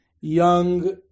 young